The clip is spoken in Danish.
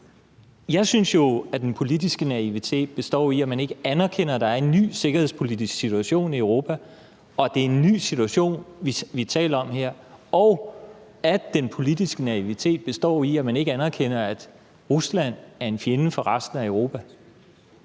Jeg synes jo, at den politiske naivitet består i, at man ikke anerkender, at der er en ny sikkerhedspolitisk situation i Europa, og at det er en ny situation, vi her taler om, og at den politiske naivitet består i, at man ikke anerkender, at Rusland er en fjende for resten af Europa.